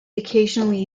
occasionally